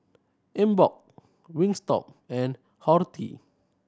Emborg Wingstop and Horti